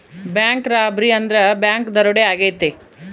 bank robbery ಅಂದ್ರೆ bank ದರೋಡೆ ಆಗೈತೆ